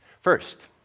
First